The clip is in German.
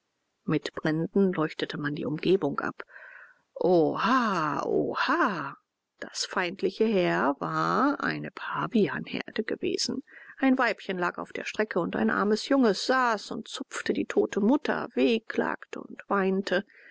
mit bränden leuchtete man die umgebung ab ohaoha das feindliche heer war eine pavianherde gewesen ein weibchen lag auf der strecke und ein armes junges saß und zupfte die tote mutter wehklagte und weinte